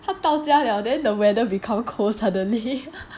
他到家 [liao] then the weather become cold suddenly